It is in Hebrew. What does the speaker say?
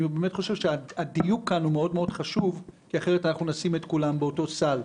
הדיוק כאן חשוב כי אחרת נשים את כולם באותו הסל.